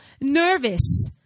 nervous